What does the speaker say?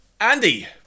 Andy